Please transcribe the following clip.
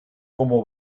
como